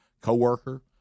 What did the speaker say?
co-worker